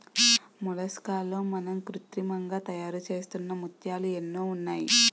మొలస్కాల్లో మనం కృత్రిమంగా తయారుచేస్తున్న ముత్యాలు ఎన్నో ఉన్నాయి